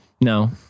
No